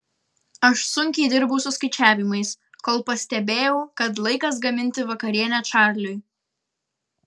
aš sunkiai dirbau su skaičiavimais kol pastebėjau kad laikas gaminti vakarienę čarliui